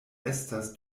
estas